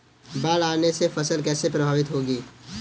बाढ़ आने से फसल कैसे प्रभावित होगी?